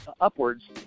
upwards